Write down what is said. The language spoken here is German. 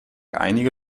einige